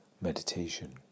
meditation